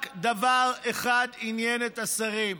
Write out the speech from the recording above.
רק דבר אחד עניין את השרים: